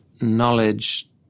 knowledge